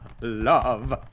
love